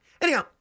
Anyhow